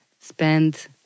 spend